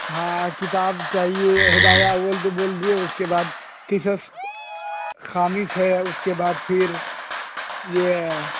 ہاں کتاب چاہیے ہدایہ اول تو بول دیے اس کے بعد قصص خامس ہے اس کے بعد پھر یہ